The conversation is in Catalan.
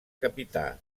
capità